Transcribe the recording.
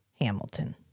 Hamilton